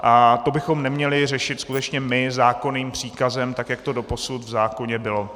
A to bychom neměli řešit skutečně my zákonným příkazem, tak jak to doposud v zákoně bylo.